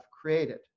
created